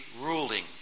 ruling